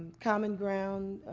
common ground.